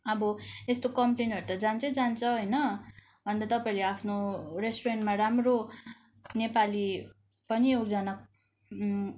अब यस्तो कम्प्लेनहरू त जान्छै जान्छ होइन अन्त तपाईँहरूले आफ्नो रेस्टुरेन्टमा राम्रो नेपाली पनि एकजना